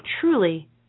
truly